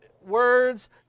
words